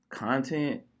Content